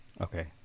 Okay